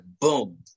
boom